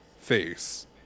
face